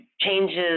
changes